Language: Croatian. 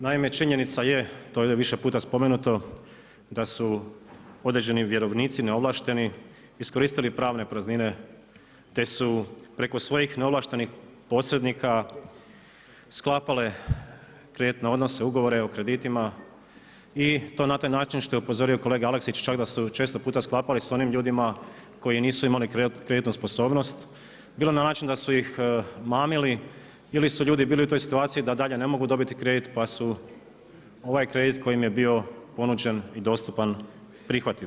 Naime, činjenica je, to je ovdje više puta spomenuto da su određeni vjerovnici neovlašteni iskoristili pravne praznine, te su preko svojih neovlaštenih posrednika sklapale kreditne odnose, ugovore o kreditima i to na taj način što je upozorio kolega Aleksić čak da su često puta sklapali sa onim ljudima koji nisu imali kreditnu sposobnost bilo na način da su ih mamili ili su ljudi bili u toj situaciji da dalje ne mogu dobiti kredit, pa su ovaj kredit koji im je bio ponuđen i dostupan prihvatili.